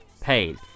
paid